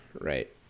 right